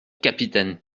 capitaine